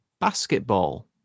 Basketball